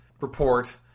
report